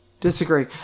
disagree